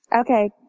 Okay